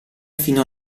fino